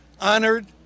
honored